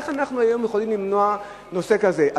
איך אנחנו היום יכולים למנוע נושא כזה?